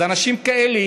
אז אנשים כאלה,